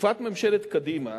בתקופת ממשלת קדימה